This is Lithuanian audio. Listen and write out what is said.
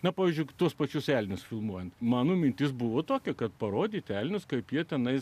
na pavyzdžiui tuos pačius elnius filmuojant mano mintis buvo tokia kad parodyti elnius kaip jie tenai